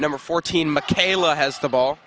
number fourteen mckayla has the ball